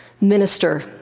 Minister